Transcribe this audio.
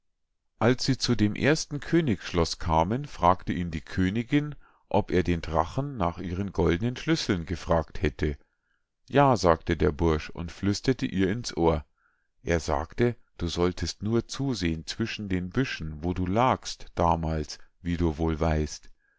als sie zu dem ersten königsschloß kamen fragte ihn die königinn ob er den drachen nach ihren goldnen schlüsseln gefragt hätte ja sagte der bursch und flüsterte ihr ins ohr er sagte du solltest nur zusehen zwischen den büschen wo du lagst damals wie du wohl weißt